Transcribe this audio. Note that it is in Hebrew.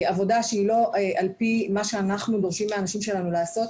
עבודה שהיא לא על פי מה שאנחנו דורשים מהאנשים שלנו לעשות,